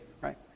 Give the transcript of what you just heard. right